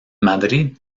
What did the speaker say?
madrid